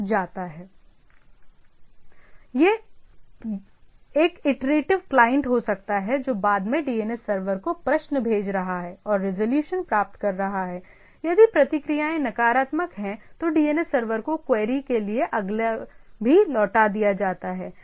या यह एक इटरेटिव क्लाइंट हो सकता है जो बाद में DNS सर्वर को प्रश्न भेज रहा है और रेजोल्यूशन प्राप्त कर रहा है यदि प्रतिक्रियाएँ नकारात्मक हैं तो DNS सर्वर को क्वेरी के लिए अगला भी लौटा दिया जाता है